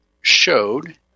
showed